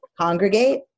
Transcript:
congregate